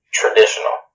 traditional